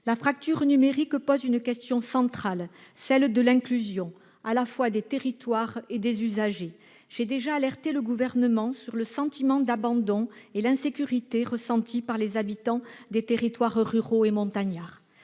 La fracture numérique soulève la question centrale de l'inclusion des territoires et des usagers. J'ai déjà alerté le Gouvernement sur le sentiment d'abandon et d'insécurité ressenti par les habitants des territoires ruraux et montagnards.